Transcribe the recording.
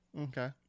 Okay